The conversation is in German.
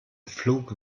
pflug